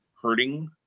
hurting